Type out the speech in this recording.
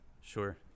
Sure